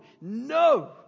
No